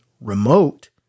remote